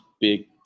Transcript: big